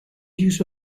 use